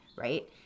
right